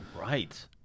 Right